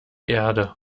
erde